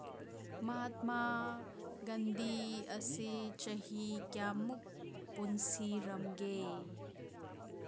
ꯃꯍꯥꯠꯃꯥ ꯒꯥꯟꯙꯤ ꯑꯁꯤ ꯆꯍꯤ ꯀꯌꯥꯃꯨꯛ ꯄꯨꯟꯁꯤꯔꯝꯒꯦ